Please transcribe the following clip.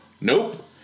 Nope